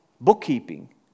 bookkeeping